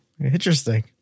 interesting